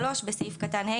בסעיף קטן (ה),